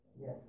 yes